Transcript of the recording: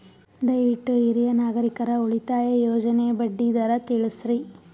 ದಯವಿಟ್ಟು ಹಿರಿಯ ನಾಗರಿಕರ ಉಳಿತಾಯ ಯೋಜನೆಯ ಬಡ್ಡಿ ದರ ತಿಳಸ್ರಿ